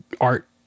art